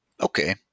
Okay